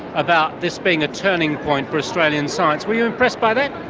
about this being a turning point for australian science, were you impressed by that?